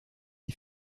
des